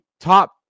top